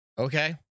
Okay